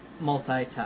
multi-touch